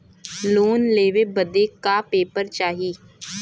Loan लेवे बदे का का पेपर चाही?